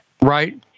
right